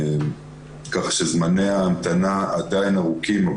זמני ההמתנה עדיין ארוכים,